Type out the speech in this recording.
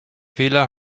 wähler